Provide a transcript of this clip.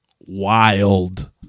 wild